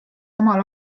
omal